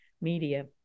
media